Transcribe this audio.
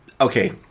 okay